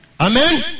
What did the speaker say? Amen